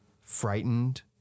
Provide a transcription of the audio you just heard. frightened